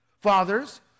Fathers